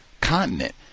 continent